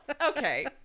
Okay